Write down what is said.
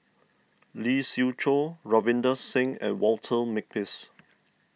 Lee Siew Choh Ravinder Singh and Walter Makepeace